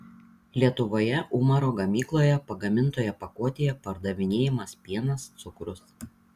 lietuvoje umaro gamykloje pagamintoje pakuotėje pardavinėjamas pienas cukrus